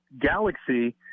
galaxy